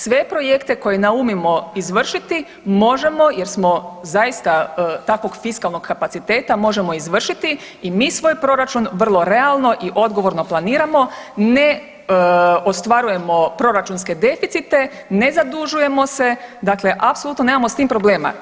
Sve projekte koje naumimo izvršiti, možemo jer smo zaista takvog fiskalnog kapaciteta možemo izvršiti i mi svoj proračun vrlo realno i odgovorno planiramo, ne ostvarujemo proračunske deficite, ne zadužujemo se, dakle apsolutno nemamo s tim problema.